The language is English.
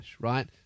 right